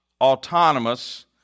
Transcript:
autonomous